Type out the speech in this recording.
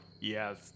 yes